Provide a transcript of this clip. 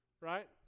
right